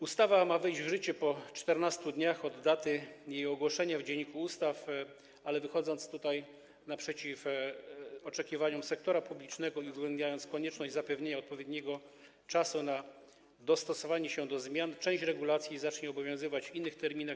Ustawa ma wejść w życie po 14 dniach od daty jej ogłoszenia w Dzienniku Ustaw, ale wychodząc naprzeciw oczekiwaniom sektora publicznego i uwzględniając konieczność zapewnienia odpowiedniego czasu na dostosowanie się do zmian, ustaliliśmy, że część regulacji zacznie obowiązywać w innych terminach.